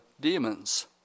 demons